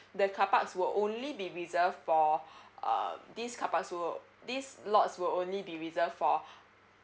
the carparks will only be reserved for uh this carpark to this lots will only be reserved for